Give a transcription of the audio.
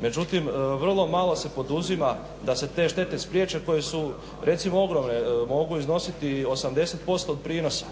Međutim, vrlo malo se poduzima da se te štete spriječe koje su recimo ogromne. Mogu iznositi 80% prinosa,